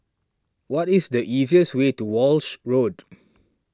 what is the easiest way to Walshe Road